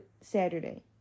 Saturday